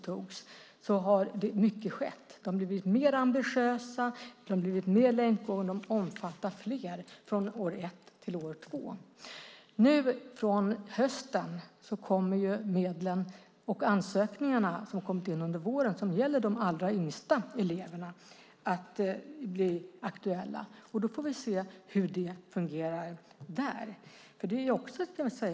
Det har blivit mer ambitiöst och mer långtgående och omfattar fler från år ett till år två. Från hösten kommer medlen och ansökningarna som kommit in under våren och gäller de allra yngsta eleverna att bli aktuella. Vi får se hur det fungerar där.